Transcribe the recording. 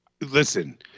Listen